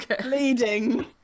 bleeding